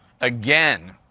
again